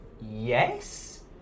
Yes